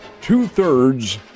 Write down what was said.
Two-thirds